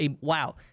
Wow